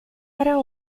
para